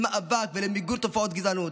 למאבק ולמיגור תופעות גזענות,